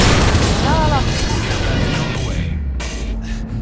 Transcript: आं पंजाह्ं दा